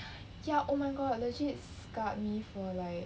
ya oh my god legit scarred me for like